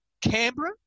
Canberra